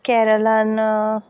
केरळान